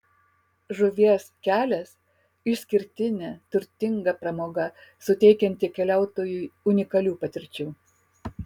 žuvies kelias išskirtinė turtinga pramoga suteikianti keliautojui unikalių patirčių